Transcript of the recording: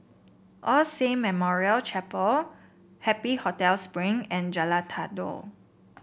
All Saint Memorial Chapel Happy Hotel Spring and Jalan Datoh